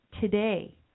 today